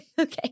Okay